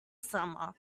summer